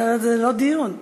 זה לא דיון.